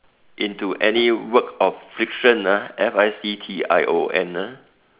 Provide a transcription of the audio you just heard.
into any work of fiction F I C T I O N ah